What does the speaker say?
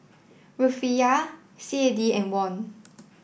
Rufiyaa C A D and Won